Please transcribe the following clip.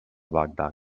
bagdad